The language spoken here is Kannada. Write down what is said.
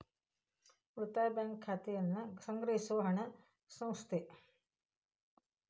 ಉಳಿತಾಯ ಬ್ಯಾಂಕ್, ಉಳಿತಾಯವನ್ನ ಸಂಗ್ರಹಿಸೊ ಹಣಕಾಸು ಸಂಸ್ಥೆ